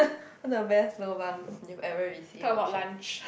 the best lobang you've ever received or shared